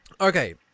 okay